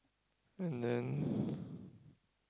and then